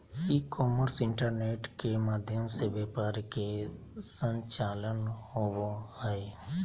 ई commerce internet के माध्यम से व्यापार के संचालन होबा हइ